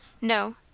No